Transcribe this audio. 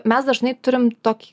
mes dažnai turim tok